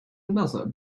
another